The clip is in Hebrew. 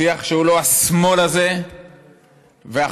שיח שהוא לא "השמאל הזה" ו"החמוצים".